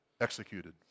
executed